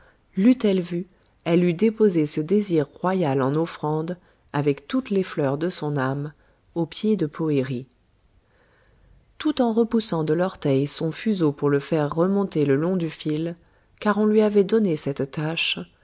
leût elle vue elle eût déposé ce désir royal en offrande avec toutes les fleurs de son âme aux pieds de poëri tout en repoussant de l'orteil son fuseau pour le faire remonter le long du fil car on lui avait donné cette tâche